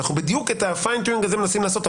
אנו בדיוק את הפיין טיונינג הזה מנסים לעשות.